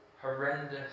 horrendous